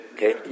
Okay